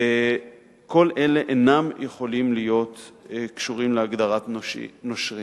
כל אלה אינם יכולים להיות קשורים להגדרת נושרים.